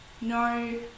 No